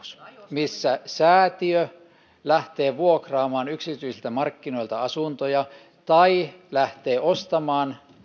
missä säätiö lähtee vuokraamaan yksityisiltä markkinoilta asuntoja tai lähtee ostamaan